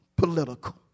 Political